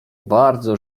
bardzo